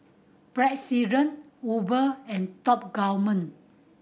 President Uber and Top Gourmet